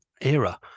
era